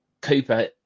Cooper